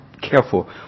careful